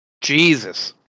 jesus